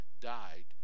died